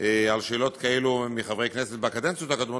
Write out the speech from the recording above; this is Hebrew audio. על שאלות כאלו מחברי כנסת בקדנציות הקודמות.